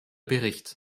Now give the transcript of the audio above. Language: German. bericht